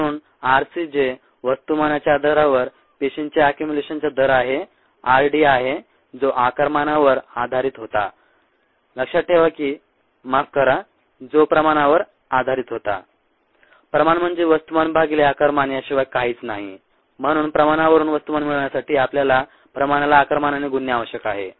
म्हणून rc जे वस्तुमानाच्या आधारावर पेशींच्या एक्युमुलेशनचा दर आहे rd आहे जो आकरमानावर आधारीत होता लक्षात ठेवा की माफ करा जो प्रमाणावर आधारीत होता प्रमाण म्हणजे वस्तुमान भागीले आकारमान याशिवाय काहीच नाही म्हणून प्रमाणावरून वस्तुमान मिळवण्यासाठी आपल्याला प्रमाणाला आकारमानाने गुणणे आवश्यक आहे